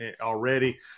already